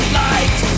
light